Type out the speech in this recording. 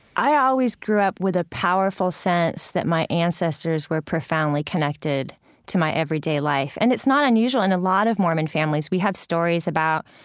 i always grew up with a powerful sense that my ancestors were profoundly connected to my everyday life, and it's not unusual in a lot of mormon families. we have stories about,